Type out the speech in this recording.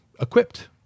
equipped